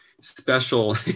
special